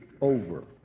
over